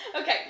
Okay